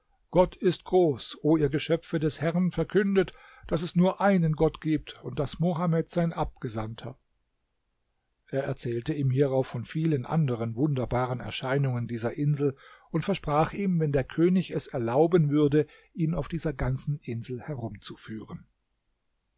gott ist groß o ihr geschöpfe des herrn verkündet daß es nur einen gott gibt und daß mohammed sein abgesandter er erzählte ihm hierauf von vielen anderen wunderbaren erscheinungen dieser insel und versprach ihm wenn der könig es erlauben würde ihn auf dieser ganzen insel herum